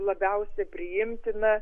labiausiai priimtina